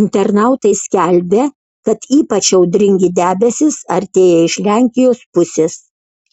internautai skelbia kad ypač audringi debesys artėja iš lenkijos pusės